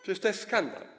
Przecież to jest skandal.